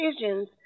decisions